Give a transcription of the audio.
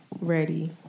ready